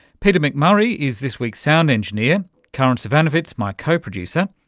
peter mcmurray is this week's sound engineer. karin zsivanovits, my co-producer.